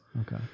okay